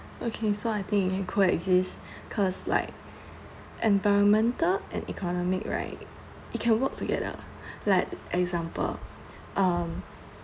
okay so I think it coexist cause like environmental and economic right it can work together like example um